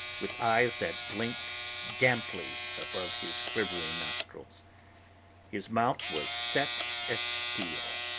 with eyes that blinked damply above his quivering nostrils his mouth was set as steel.